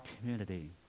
community